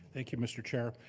thank you, mr. chair.